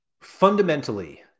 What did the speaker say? fundamentally